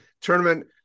tournament